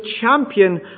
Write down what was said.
champion